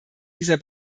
dieser